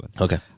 Okay